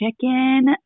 chicken